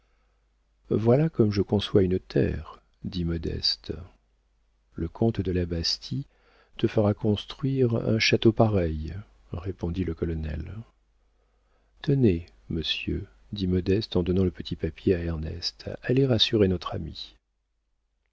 voilà comme je conçois une terre dit modeste le comte de la bastie te fera construire un château pareil répondit le colonel tenez monsieur dit modeste en donnant le petit papier à ernest allez rassurer notre ami